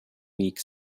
week